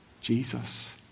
Jesus